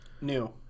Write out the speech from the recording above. New